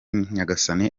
nyagasani